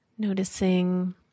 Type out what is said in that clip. noticing